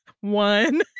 One